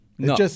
No